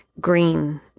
green